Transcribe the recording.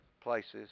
places